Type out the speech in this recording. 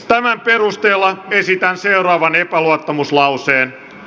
tämän perusteella esitän seuraavan epäluottamuslauseen